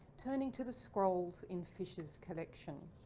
turning to the scrolls in fisher's collection.